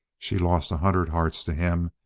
she lost a hundred hearts to him,